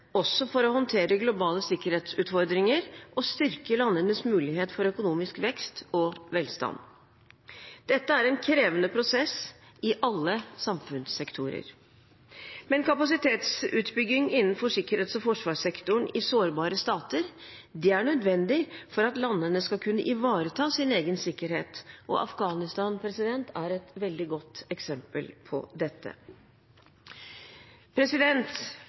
også for å håndtere globale sikkerhetsutfordringer og styrke landenes mulighet for økonomisk vekst og velstand. Dette er en krevende prosess i alle samfunnssektorer. Men kapasitetsbygging innenfor sikkerhets- og forsvarssektoren i sårbare stater er nødvendig for at landene skal kunne ivareta sin egen sikkerhet, og Afghanistan er et veldig godt eksempel på dette.